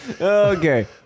Okay